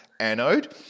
anode